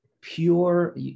pure